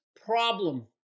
problem